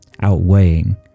outweighing